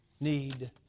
need